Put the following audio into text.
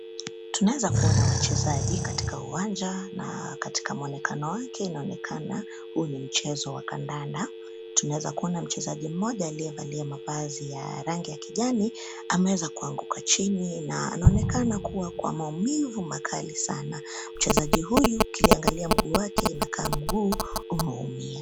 Tunaweza kuona wachezaji katika uwanja na katika mwonekano wake inaonekana huu ni mchezo wa kandanda tunaweza kuona mchezaji moja aliyevalia mavazi ya rangi ya kijani ameweza kuanguka chini na anaonekana kuwa kwa maumivu makali sana. Mchezaji huyu uki liangalia mguu wake inakaa mguu umeumia.